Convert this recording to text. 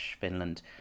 Finland